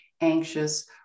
anxious